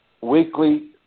weekly